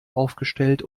aufgestellt